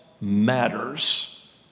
matters